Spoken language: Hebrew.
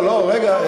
רגע,